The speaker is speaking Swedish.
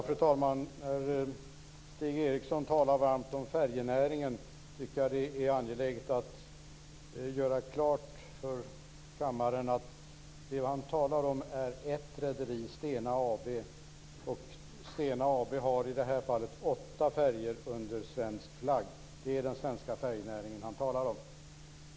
Fru talman! Stig Eriksson talar varmt om färjenäringen. Då tycker jag att det är angeläget att göra klart för kammaren att det han talar om är ett rederi, Stena Det är den svenska färjenäring han talar om.